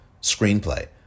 screenplay